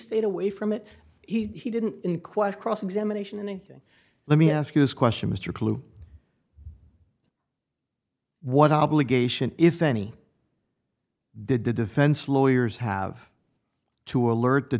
stayed away from it he didn't inquire cross examination anything let me ask you this question mr clue what obligation if any did the defense lawyers have to alert the